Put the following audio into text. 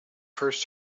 first